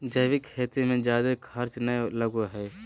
जैविक खेती मे जादे खर्च नय लगो हय